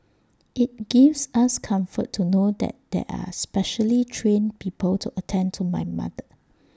IT gives us comfort to know that there are specially trained people to attend to my mother